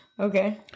Okay